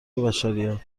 بشریت